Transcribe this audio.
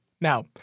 Now